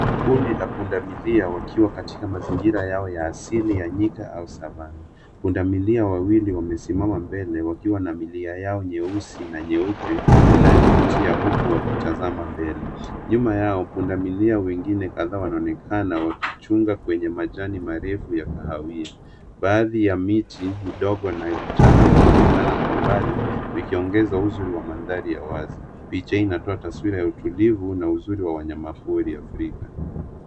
Kundi la punda milia wakiwa katika mazingira yao ya asili ya nyika au savannah . Punda milia wawili wamesimama mbele wakiwa na milia yao nyeusi na nyeupe inayovutia huku wakitazama mbele. Nyuma yao, punda milia wengine kadhaa wanaonekana wakichunga kwenye majani marefu ya kahawia. Baadhi ya miti midogo na vichaka vinaonekana kwa mbali, vikiongeza uzuri wa mandhari ya wazi. Picha hii inatoa taswira ya utulivu na uzuri wa wanyamapori ya Afrika.